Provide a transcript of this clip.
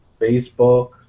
Facebook